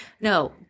No